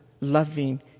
loving